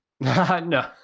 No